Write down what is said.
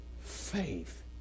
faith